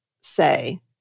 say